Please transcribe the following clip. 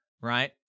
right